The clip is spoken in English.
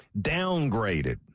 downgraded